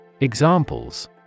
Examples